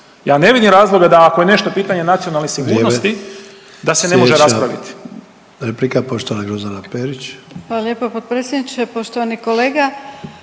Ja ne vidim razloga da ako je nešto pitanje nacionalne sigurnosti…/Upadica: Vrijeme/…da se ne može raspraviti.